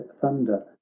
thunder